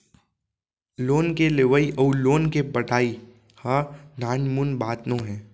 loan के लेवइ अउ लोन के पटाई ह नानमुन बात नोहे